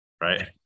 right